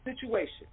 situation